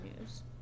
news